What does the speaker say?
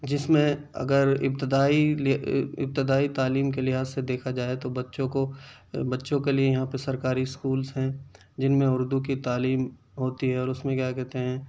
جس میں اگر ابتدائی ابتدائی تعلیم کے لحاظ سے دیکھا جائے تو بچوں کو بچوں کے لیے یہاں پہ سرکاری اسکولس ہیں جن میں اردو کی تعلیم ہوتی ہے اور اس میں کیا کہتے ہیں